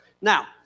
Now